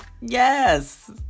Yes